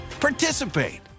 participate